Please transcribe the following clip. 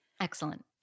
Excellent